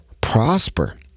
prosper